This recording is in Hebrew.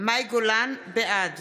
בעד